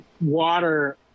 water